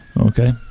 Okay